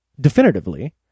definitively